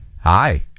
Hi